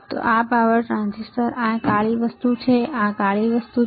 હવે આ power transistor આ કાળી વસ્તુ આ કાળી વસ્તુ શું છે